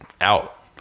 out